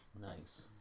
Nice